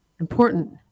important